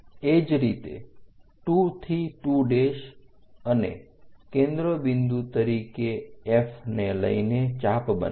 એ જ રીતે 2 થી 2 અને કેન્દ્ર બિંદુ તરીકે F ને લઈને ચાપ બનાવો